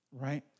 right